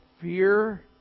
fear